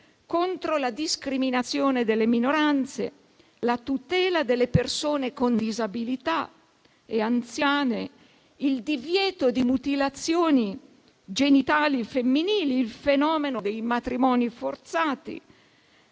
e la discriminazione delle minoranze, la tutela delle persone con disabilità e anziane, il divieto di mutilazioni genitali femminili, il fenomeno dei matrimoni forzati